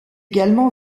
également